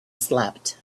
slept